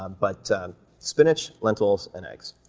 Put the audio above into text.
um but spinach, lentils, and eggs.